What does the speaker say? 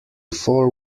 four